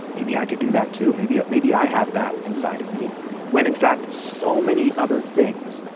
maybe i could do that too. maybe maybe i have that inside of me when in fact so many other things,